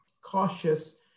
cautious